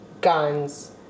guns